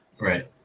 Right